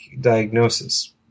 diagnosis